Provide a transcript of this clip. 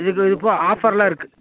இதுக்கு இதுபோ ஆஃபர்லாம் இருக்குது